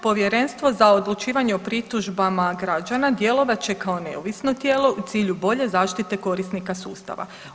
Povjerenstvo za odlučivanje o pritužbama građana djelovat će kao neovisno tijelo u cilju bolje zaštite korisnika sustava.